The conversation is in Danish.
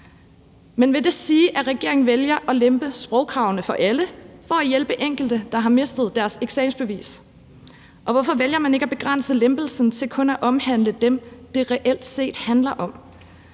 Men vil det sige, at regeringen vælger at lempe sprogkravene for alle for at hjælpe enkelte, der har mistet deres eksamensbevis, og hvorfor vælger man ikke at begrænse lempelsen til kun at omhandle dem, det reelt set handler om?